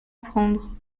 prendre